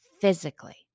physically